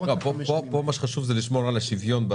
כאן מה שחשוב זה לשמור על השוויון,